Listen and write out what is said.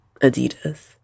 adidas